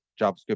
JavaScript